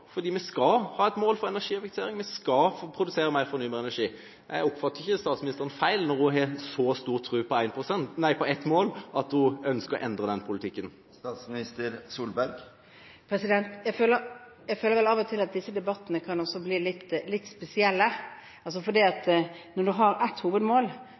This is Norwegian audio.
vi skal produsere mer fornybar energi. Jeg oppfatter ikke statsministeren feil – når hun har så stor tro på ett mål – at hun ønsker å endre den politikken? Jeg føler vel av og til at disse debattene kan bli litt spesielle. Når du har ett hovedmål,